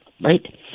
Right